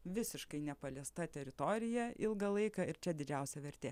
visiškai nepaliesta teritorija ilgą laiką ir čia didžiausia vertė